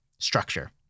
structure